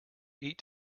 eat